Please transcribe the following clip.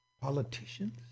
politicians